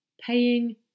paying